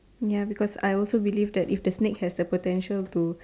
ya because I also believe that if the snake has the potential to